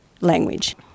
language